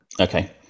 Okay